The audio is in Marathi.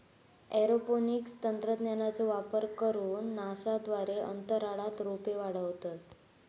एरोपोनिक्स तंत्रज्ञानाचो वापर करून नासा द्वारे अंतराळात रोपे वाढवतत